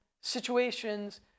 situations